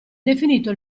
definito